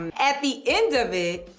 um at the end of it,